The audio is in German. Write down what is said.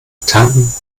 tanken